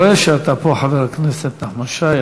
אני רואה שאתה פה, חבר הכנסת נחמן שי.